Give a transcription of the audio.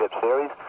Series